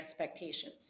expectations